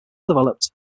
developed